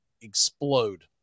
explode